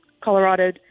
Colorado